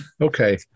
Okay